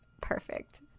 perfect